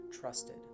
trusted